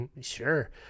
sure